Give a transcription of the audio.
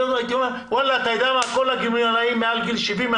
הייתי אומר שכל הגמלאים מעל גיל 70,